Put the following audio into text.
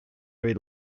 kui